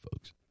folks